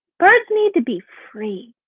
birds need to be free.